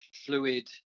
fluid